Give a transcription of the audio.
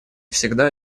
всегда